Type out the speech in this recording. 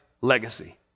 legacy